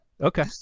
Okay